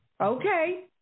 Okay